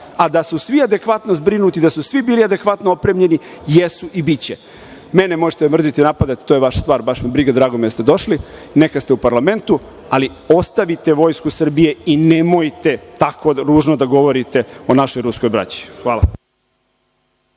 a da su svi adekvatno zbrinuti, da su svi bili adekvatno opremljeni, jesu i biće. Mene možete da mrzite i napadate, baš me briga, to je vaša stvar, drago mi je da ste došli, neka ste u parlamentu, ali ostavite Vojsku Srbije i nemojte tako ružno da govorite o našoj ruskoj braći. Hvala.